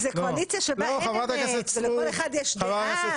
זו קואליציה שבה אין אמרת לכל אחד יש דעה.